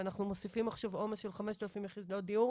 ואנחנו מוסיפים עכשיו עומס של 5,000 יחידות דיור